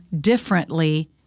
differently